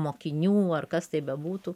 mokinių ar kas tai bebūtų